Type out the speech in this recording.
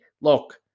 Look